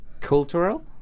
cultural